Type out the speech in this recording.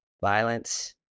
violence